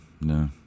no